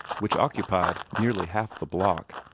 which occupied nearly half the block,